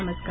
नमस्कार